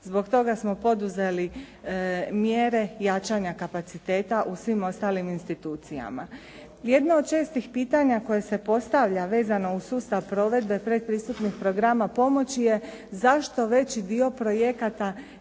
Zbog toga smo poduzeli mjere jačanja kapaciteta u svim ostalim institucijama. Jedno od čestih pitanja koje se postavlja vezano uz sustav provedbe predpristupnih programa pomoći je zašto veći dio projekata